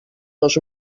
dos